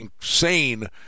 insane